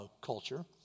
culture